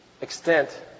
extent